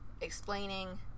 explaining